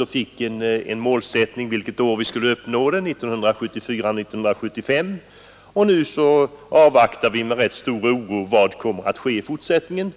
vi fick en målsättning vilket år vi skulle uppnå 1 procent av bruttonationalprodukten, och det blev 1974/75. Nu avvaktar vi med stor oro vad som kommer att ske i fortsättningen.